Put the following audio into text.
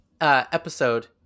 Episode